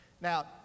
now